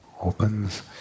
Opens